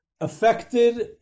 affected